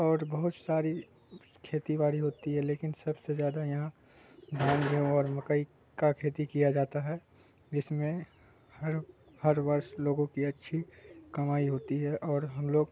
اور بہت ساری کھیتی باڑی ہوتی ہے لیکن سب سے زیادہ یہاں دھان گیہوں اور مکئی کا کھیتی کیا جاتا ہے جس میں ہر ہر ورش لوگوں کی اچھی کمائی ہوتی ہے اور ہم لوگ